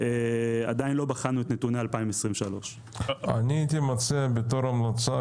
עדיין לא בחנו את נתוני 2023. בתור המלצה,